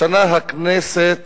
השנה הכנסת